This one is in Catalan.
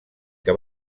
que